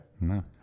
No